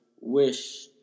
Wish